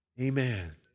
Amen